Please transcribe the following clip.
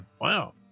wow